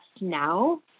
now